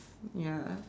ya